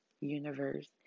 universe